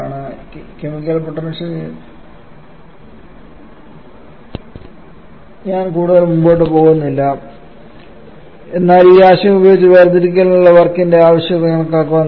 ഈ chemical potential ഇൽ ഞാൻ കൂടുതൽ മുന്നോട്ട് പോകുന്നില്ല എന്നാൽ ഈ ആശയം ഉപയോഗിച്ച് വേർതിരിക്കലിനുള്ള വർക്കിന്റെ ആവശ്യകത കണക്കാക്കാൻ കഴിയും